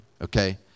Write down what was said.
okay